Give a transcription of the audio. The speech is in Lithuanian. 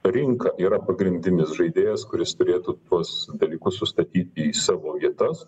rinka yra pagrindinis žaidėjas kuris turėtų tuos dalykus sustatyti į savo vietas